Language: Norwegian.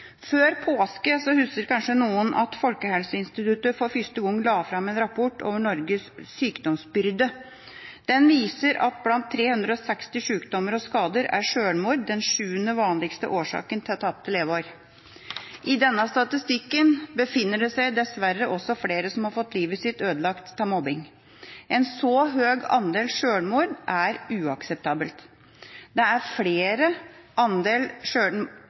husker kanskje at Folkehelseinstituttet før påske for første gang la fram en rapport om Norges sykdomsbyrde. Den viser at blant 360 sykdommer og skader er sjølmord den sjuende vanligste årsaken til tapte leveår. I denne statistikken befinner det seg dessverre også flere som har fått livet sitt ødelagt av mobbing. En så høy andel sjølmord er uakseptabelt – det er flere